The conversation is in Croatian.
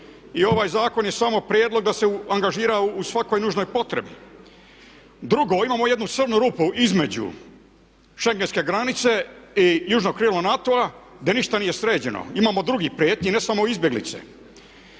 I ovaj zakon je samo prijedlog da se angažira u svakoj nužnoj potrebi. Drugo, imamo jednu crnu rupu između schengenske granice i južno krilo NATO-a gdje ništa nije sređeno. Imamo drugih prijetnji, ne samo izbjeglice.